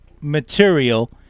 material